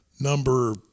number